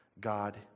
God